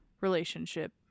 relationship